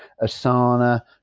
asana